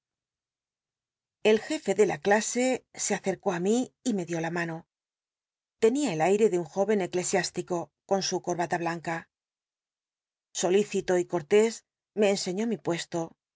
el jefe de la clase se acecó ü mi y me dió la mano tenia el aire de un jóven cclcsiirslico con su coi'ijata blanca solicito y cortés me enseñó mi puesto